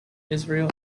israel